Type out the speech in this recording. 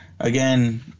Again